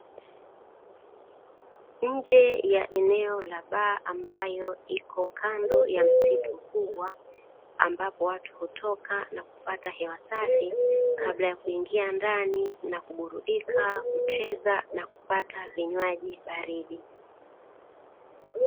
Nje ya eneo la baa ambayo iko kando ya msitu mkubwa. Ambapo watu hutoka na kupata hewa safi, kabla ya kuingia ndani na kuburudika, kucheza na kupata vinywaji baridi.